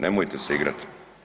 Nemojte se igrati.